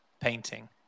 painting